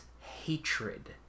hatred